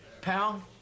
Pal